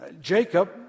Jacob